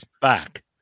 Back